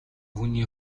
хүний